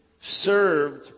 served